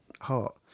heart